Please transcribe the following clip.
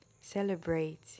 Celebrate